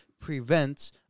prevents